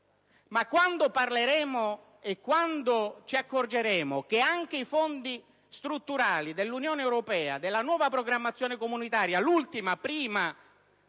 Quando invece ci accorgeremo che anche i fondi strutturali dell'Unione europea, della nuova programmazione comunitaria, l'ultima prima